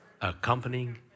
accompanying